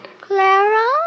Clara